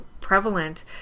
prevalent